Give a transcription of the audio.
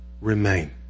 Remain